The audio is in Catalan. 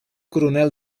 coronel